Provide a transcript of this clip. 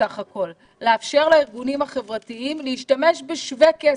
לאפשר לארגונים החברתיים להשתמש בשווה כסף.